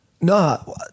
No